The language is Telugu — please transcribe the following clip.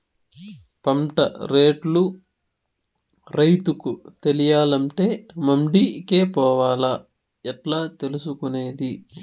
పంట రేట్లు రైతుకు తెలియాలంటే మండి కే పోవాలా? ఎట్లా తెలుసుకొనేది?